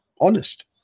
honest